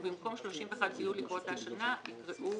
ובמקום 31 ביולי באותה שנה" יקראו